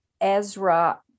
Ezra